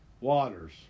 Waters